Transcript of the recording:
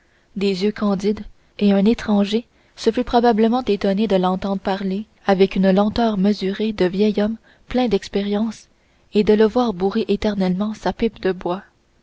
des yeux candides et un étranger se fût probablement étonné de l'entendre parler avec une lenteur mesurée de vieil homme plein d'expérience et de le voir bourrer éternellement sa pipe de bois